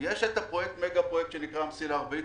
יש את מגה הפרויקט שנקרא המסילה הרביעית,